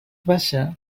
baixa